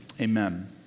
Amen